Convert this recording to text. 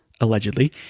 allegedly